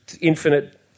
infinite